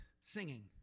singing